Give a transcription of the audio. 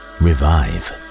revive